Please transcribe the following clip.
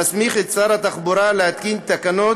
המסמיך את שר התחבורה להתקין תקנות